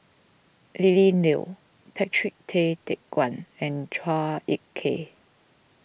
Lily Neo Patrick Tay Teck Guan and Chua Ek Kay